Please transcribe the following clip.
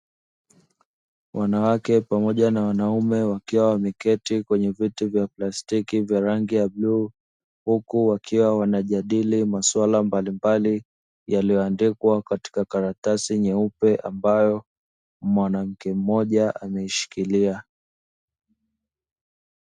Wanawake pamoja na wanaume wakiwa wameketi kwenye viti vya plastiki vya rangi ya bluu, huku wakiwa wanajadili masuala mbalimbali yaliyoandikwa katika karatasi nyeupe ambayo mwanamke mmoja ameishikilia.